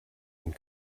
and